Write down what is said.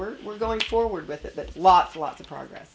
we're we're going forward with it lots lots of progress